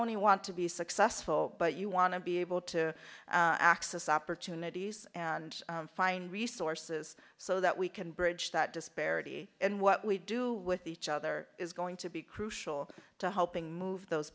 only want to be successful but you want to be able to access opportunities and find resources so that we can bridge that disparity and what we do with each other is going to be crucial to helping move those